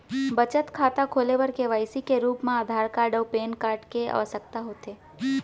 बचत खाता खोले बर के.वाइ.सी के रूप मा आधार कार्ड अऊ पैन कार्ड के आवसकता होथे